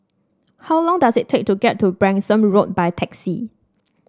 how long does it take to get to Branksome Road by taxi